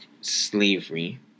slavery